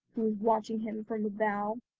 who was watching him from a bough.